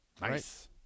Nice